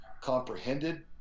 comprehended